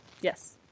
yes